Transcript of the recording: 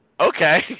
okay